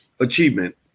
achievement